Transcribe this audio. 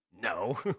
No